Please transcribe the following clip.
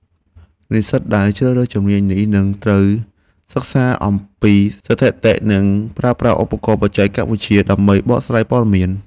និស្សិតដែលជ្រើសរើសជំនាញនេះនឹងត្រូវសិក្សាអំពីស្ថិតិ និងការប្រើប្រាស់ឧបករណ៍បច្ចេកវិទ្យាដើម្បីបកស្រាយព័ត៌មាន។